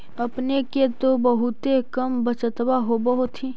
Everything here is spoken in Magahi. अपने के तो बहुते कम बचतबा होब होथिं?